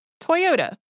Toyota